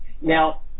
Now